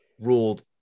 ruled